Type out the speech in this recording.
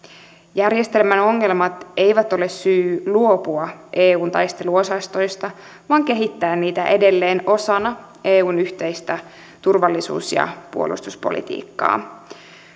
järjestelmän ongelmat eivät ole syy luopua eun taisteluosastoista vaan kehittää niitä edelleen osana eun yhteistä turvallisuus ja puolustuspolitiikkaa